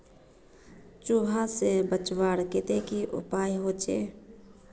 चूहा से बचवार केते की उपाय होचे?